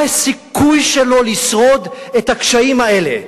מה הסיכוי שלו לשרוד את הקשיים האלה?